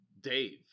Dave